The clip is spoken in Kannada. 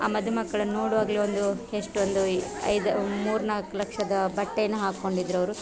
ಆ ಮದುಮಕ್ಕಳನ್ನು ನೋಡುವಾಗಲೂ ಒಂದು ಎಷ್ಟೊಂದು ಐದು ಮೂರು ನಾಲ್ಕು ಲಕ್ಷದ ಬಟ್ಟೆಯನ್ನು ಹಾಕ್ಕೊಂಡಿದ್ರು ಅವರು